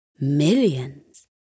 Millions